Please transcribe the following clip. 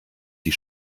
sie